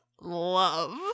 Love